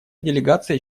делегация